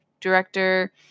director